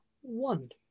one